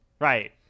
right